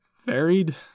varied